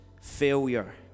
failure